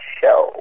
show